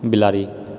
बिलाड़ि